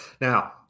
now